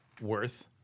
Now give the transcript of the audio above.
worth